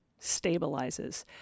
stabilizes